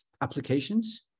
applications